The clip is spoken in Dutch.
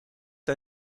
hij